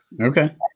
Okay